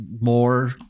more